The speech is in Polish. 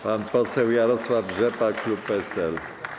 Pan poseł Jarosław Rzepa, klub PSL.